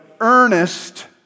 earnest